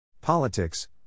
Politics